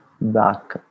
back